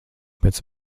pēc